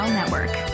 network